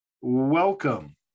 welcome